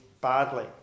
badly